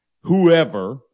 whoever